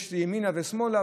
יש ימינה ושמאלה,